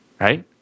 Right